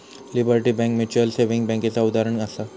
liberty bank mutual saving बैंकेचा उदाहरणं आसा